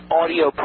audio